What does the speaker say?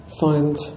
find